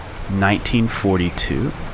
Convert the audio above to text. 1942